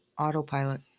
autopilot